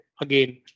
again